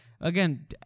again